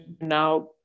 now